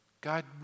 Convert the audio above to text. God